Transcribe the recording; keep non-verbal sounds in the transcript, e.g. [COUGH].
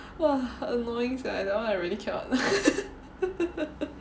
!wah! annoying sia that one I really cannot [LAUGHS]